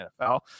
NFL